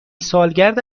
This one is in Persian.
سالگرد